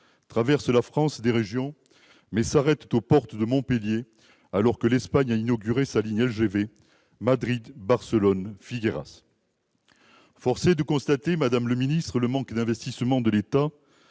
traversent la France des régions, mais s'arrêtent aux portes de Montpellier, alors que l'Espagne a inauguré une LGV Madrid-Barcelone-Figueras. Force est de constater le manque d'investissements de l'État